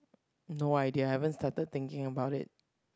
no idea I haven't started thinking about it